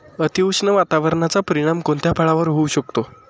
अतिउष्ण वातावरणाचा परिणाम कोणत्या फळावर होऊ शकतो?